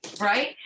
Right